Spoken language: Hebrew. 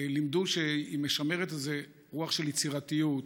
לימדו שהיא משמרת איזו רוח של יצירתיות,